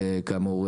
שכאמור,